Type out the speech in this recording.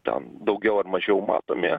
ten daugiau ar mažiau matomi